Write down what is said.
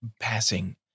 passing